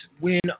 win